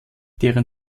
deren